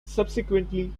subsequently